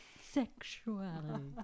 Sexuality